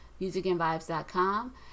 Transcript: musicandvibes.com